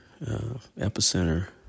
epicenter